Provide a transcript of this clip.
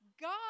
God